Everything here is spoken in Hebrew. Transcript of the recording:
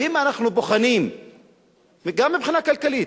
ואם אנחנו בוחנים גם מבחינה כלכלית,